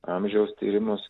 amžiaus tyrimus